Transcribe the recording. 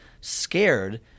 scared